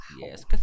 Yes